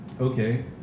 Okay